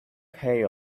pay